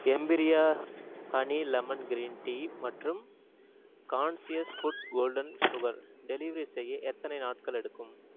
எம்பிரியா honey lemon green tea மற்றும் conscious food golden sugar delivery செய்ய எத்தனை நாட்கள் எடுக்கும்